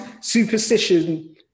superstition